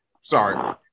Sorry